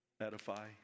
edify